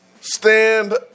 stand